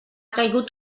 caigut